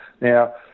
now